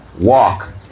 walk